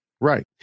Right